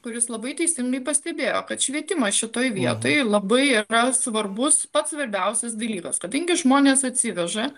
kuris labai teisingai pastebėjo kad švietimas šitoj vietoj labai yra svarbus pats svarbiausias dalykas kadangi žmonės atsiveža